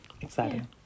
exciting